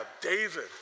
David